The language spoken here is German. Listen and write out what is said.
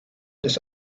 des